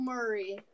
Murray